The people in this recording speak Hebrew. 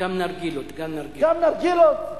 גם נרגילות, גם נרגילות.